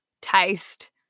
taste